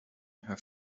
her